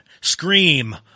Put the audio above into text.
Scream